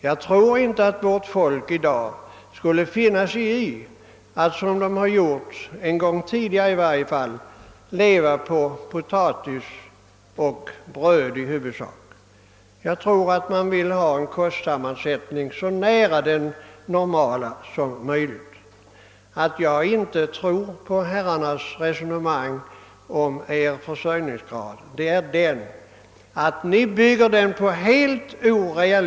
Jag tror inte att svenska folket i dag skulle finna sig i att, som det gjort i varje fall en gång tidigare, leva på i huvudsak potatis och bröd. Människorna vill säkerligen att deras kost skall ha en sammansättning så nära den normala som möjligt. Att jag inte tror på herrarnas resonemang om den 80-procentiga självförsörjningsgraden beror på er orealistiska uppfattning om lagringsmöjlighe terna.